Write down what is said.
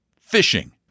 Fishing